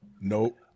nope